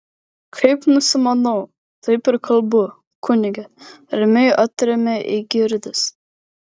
kaip nusimanau taip ir kalbu kunige ramiai atremia eigirdas